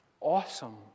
awesome